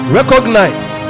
Recognize